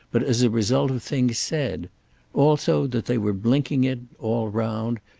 but as a result of things said also that they were blinking it, all round,